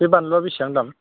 बे बानलुआ बिसिबां दाम